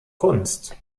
kunst